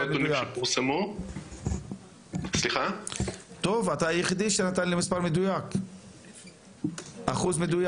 אתה היחיד שנתן לי אחוז מדויק.